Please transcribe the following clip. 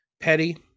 petty